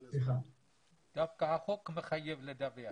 --- דווקא החוק מחייב לדווח.